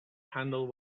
handle